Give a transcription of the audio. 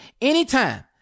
anytime